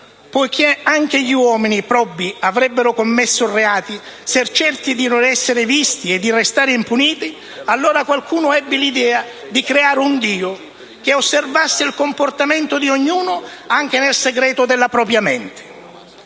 poiché anche gli uomini probi avrebbero commesso reati, se certi di non essere visti e di restare impuniti, allora qualcuno ebbe l'idea di creare un dio che osservasse il comportamento di ognuno anche nel segreto della propria mente